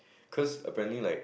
cause apparently like